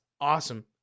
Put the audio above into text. awesome